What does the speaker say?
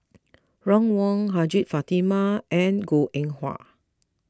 Ron Wong Hajjah Fatimah and Goh Eng Wah